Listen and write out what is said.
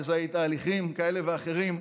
מזהי תהליכים כאלה ואחרים,